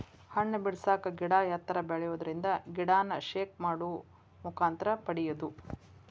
ಹಣ್ಣ ಬಿಡಸಾಕ ಗಿಡಾ ಎತ್ತರ ಬೆಳಿಯುದರಿಂದ ಗಿಡಾನ ಶೇಕ್ ಮಾಡು ಮುಖಾಂತರ ಪಡಿಯುದು